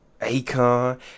Akon